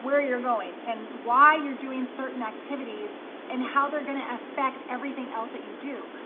where you're going and why you're doing certain activities and how they're gonna affect everything else that you do,